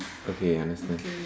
okay I understand